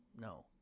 no